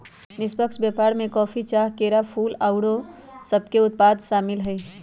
निष्पक्ष व्यापार में कॉफी, चाह, केरा, फूल, फल आउरो सभके उत्पाद सामिल हइ